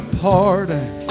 pardon